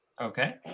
Okay